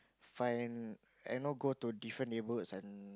find and no go to different neighbourhoods and